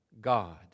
God